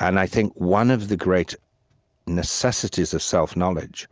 and i think one of the great necessities of self-knowledge